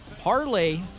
parlay